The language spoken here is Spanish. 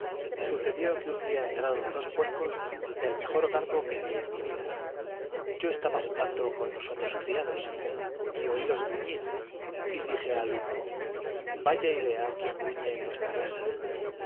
sucedió que un día entraron dos puercos del mejor garbo que vi en mi vida yo estaba jugando con los otros criados y oílos gruñir y dije al uno vaya y vea quién gruñe en nuestra casa